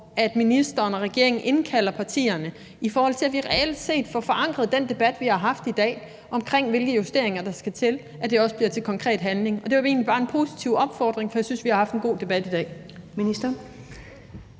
at ministeren og regeringen indkalder partierne, i forhold til at vi reelt set får forankret den debat, vi har haft i dag, om, hvilke justeringer der skal til, og at det også bliver til konkret handling. Det var egentlig bare en positiv opfordring, for jeg synes, vi har haft en god debat i dag.